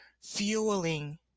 fueling